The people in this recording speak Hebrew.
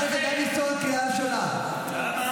הסיבה היחידה שקיימת לנתונים המפחידים האלה כאן היום היא